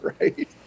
right